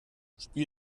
spiel